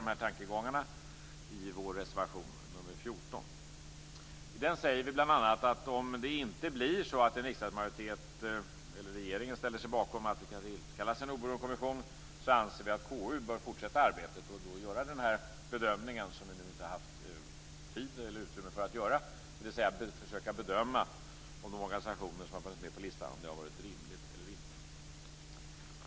De här tankegångarna utvecklas i reservation 14 från Folkpartiet. I denna säger vi bl.a. att om det inte blir så att en riksdagsmajoritet eller regeringen ställer sig bakom detta med att en oberoende kommission tillkallas bör KU fortsätta med det här arbetet och göra den bedömning som vi inte haft tid eller utrymme för att göra. Det handlar alltså om att försöka bedöma om det varit rimligt eller inte att ha de organisationer på listan som funnits med där.